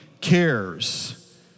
cares